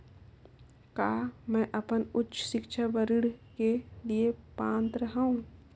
का मैं अपन उच्च शिक्षा बर छात्र ऋण के लिए पात्र हंव?